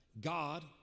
God